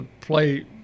play